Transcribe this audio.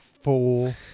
Four